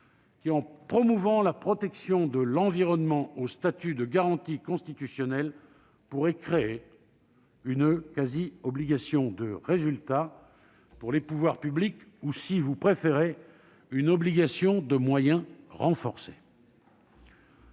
qui, en promouvant la protection de l'environnement au statut de garantie constitutionnelle, pourrait créer une quasi-obligation de résultat pour les pouvoirs publics ou, si vous préférez, une obligation de moyens renforcée.